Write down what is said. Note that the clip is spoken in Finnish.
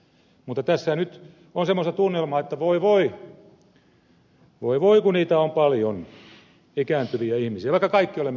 mutta tässä on nyt sellaista tunnelmaa että voi voi kun niitä on paljon ikääntyviä ihmisiä vaikka kaikki olemme sellaisia